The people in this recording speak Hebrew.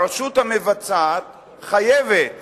הרשות המבצעת חייבת